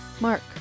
Mark